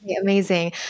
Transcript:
Amazing